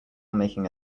making